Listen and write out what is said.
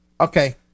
Okay